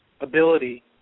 ability